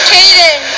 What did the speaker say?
Caden